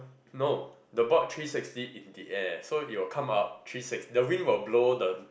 no the board three sixty in the air so you will come up three six the wind will blow the